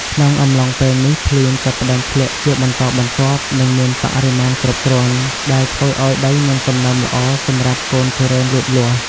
ក្នុងអំឡុងពេលនេះ ភ្លៀងចាប់ផ្តើមធ្លាក់ជាបន្តបន្ទាប់ និងមានបរិមាណគ្រប់គ្រាន់ ដែលធ្វើឱ្យដីមានសំណើមល្អសម្រាប់កូនទុរេនលូតលាស់។